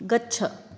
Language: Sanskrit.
गच्छ